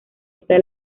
está